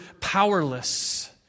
powerless